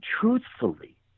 truthfully